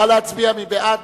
נא להצביע, מי בעד?